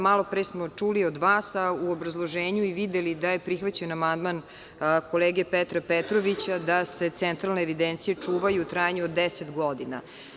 Malopre smo čuli od vas, a u obrazloženju i videli da je prihvaćen amandman kolege Petra Petrovića da se centralne evidencije čuvaju u trajanju od 10 godina.